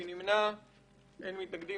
הצבעה בעד רוב נגד אין נמנעים אין סעיפים